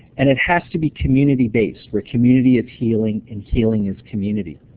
and it has to be community-based where community is healing, and healing is community.